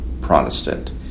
Protestant